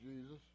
Jesus